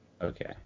Okay